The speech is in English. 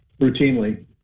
routinely